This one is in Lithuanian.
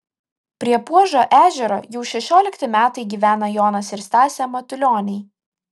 prie puožo ežero jau šešiolikti metai gyvena jonas ir stasė matulioniai